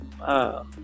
Wow